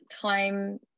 time